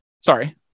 sorry